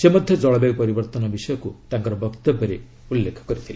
ସେ ମଧ୍ୟ ଜଳବାୟ ପରିବର୍ତ୍ତନ ବିଷୟକୁ ତାଙ୍କର ବକ୍ତବ୍ୟରେ ଉଲ୍ଲେଖ କରିଛନ୍ତି